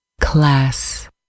Class